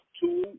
two